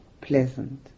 pleasant